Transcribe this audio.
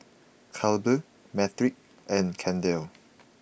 Clabe Patric and Kendell